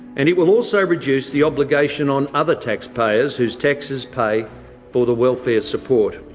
and it will also reduce the obligation on other taxpayers whose taxes pay for the welfare support.